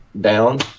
down